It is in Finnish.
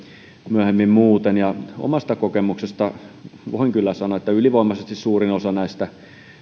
myöhemmin muuten ja omasta kokemuksestani voin kyllä sanoa että ylivoimaisesti suurin osa näistä